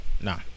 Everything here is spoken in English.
Nah